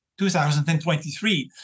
2023